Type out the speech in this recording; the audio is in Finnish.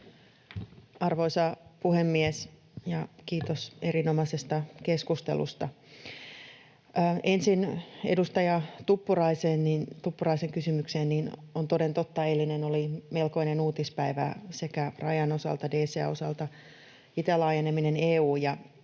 Arvoisa puhemies! Kiitos erinomaisesta keskustelusta. Ensin edustaja Tuppuraisen kysymykseen: toden totta eilinen oli melkoinen uutispäivä sekä rajan osalta, DCA:n osalta että EU:n itälaajenemisen